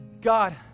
God